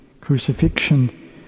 Crucifixion